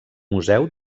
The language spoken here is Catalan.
museu